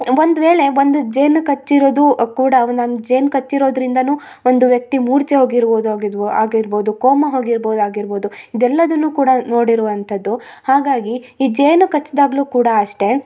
ಒಂದು ವೇಳೆ ಒಂದು ಜೇನು ಕಚ್ಚಿರೋದೂ ಕೂಡ ಜೇನು ಕಚ್ಚಿರೋದಿಂದರೂನು ಒಂದು ವ್ಯಕ್ತಿ ಮೂರ್ಚೆ ಹೋಗಿರ್ಬೋದು ಆಗಿದ್ವು ಆಗಿರ್ಬೋದು ಕೋಮ ಹೋಗಿರ್ಬೋದು ಆಗಿರ್ಬೋದು ಇದೆಲ್ಲದುನ್ನು ಕೂಡ ನೋಡಿರುವಂಥದು ಹಾಗಾಗಿ ಈ ಜೇನು ಕಚ್ದಾಗಲೂ ಕೂಡ ಅಷ್ಟೆ